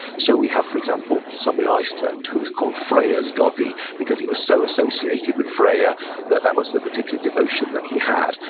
so we have, for example, some in iceland who was called freyja's gothi because he was so associated with freyja that that was the particular devotion that he had.